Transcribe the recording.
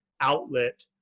outlet